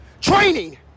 training